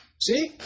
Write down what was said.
see